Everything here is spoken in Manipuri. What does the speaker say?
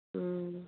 ꯎꯝ